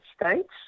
States